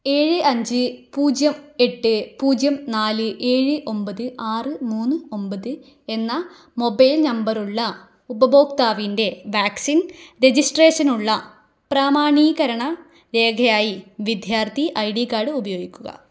ഏഴ് അഞ്ച് പൂജ്യം എട്ട് പൂജ്യം നാല് ഏഴ് ഒമ്പത് ആറ് മൂന്ന് ഒമ്പത് എന്ന മൊബൈൽ നമ്പറുള്ള ഉപഭോക്താവിൻ്റെ വാക്സിൻ രജിസ്ട്രേഷനുള്ള പ്രാമാണീകരണ രേഖയായി വിദ്യാർത്ഥി ഐ ഡി കാർഡ് ഉപയോഗികുക